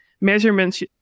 measurements